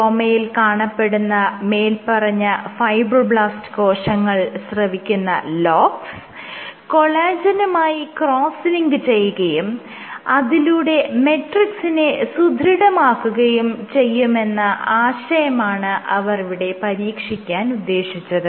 സ്ട്രോമയിൽ കാണപ്പെടുന്ന മേല്പറഞ്ഞ ഫൈബ്രോബ്ലാസ്റ്റ് കോശങ്ങൾ സ്രവിക്കുന്ന LOX കൊളാജെനുമായി ക്രോസ്സ് ലിങ്ക് ചെയ്യുകയും അതിലൂടെ മെട്രിക്സിനെ സുദൃഢമാക്കുകയും ചെയ്യുമെന്ന ആശയമാണ് അവർ ഇവിടെ പരീക്ഷിക്കാൻ ഉദ്ദേശിച്ചത്